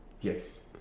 Yes